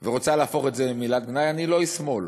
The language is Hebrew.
ורוצה להפוך את זה למילת גנאי, אני לא איש שמאל,